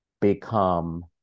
become